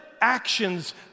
actions